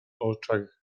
oczach